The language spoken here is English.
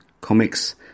comics